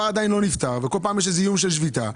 עדיין לא נפתר וכל פעם יש איום בשביתה.